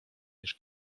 niż